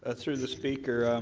ah through the speaker,